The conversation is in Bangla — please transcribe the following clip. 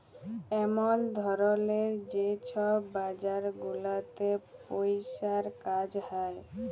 এমল ধরলের যে ছব বাজার গুলাতে পইসার কাজ হ্যয়